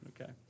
Okay